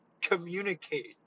communicate